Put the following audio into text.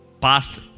past